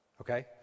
okay